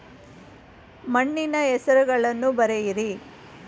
ಮಣ್ಣಿನ ಹೆಸರುಗಳನ್ನು ಬರೆಯಿರಿ